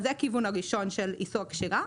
זה הכיוון הראשון של איסור קשירה.